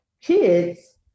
kids